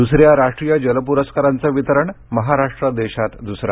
दुसऱ्या राष्ट्रीय जल पुरस्कारांचं वितरण महाराष्ट्र देशात दूसरा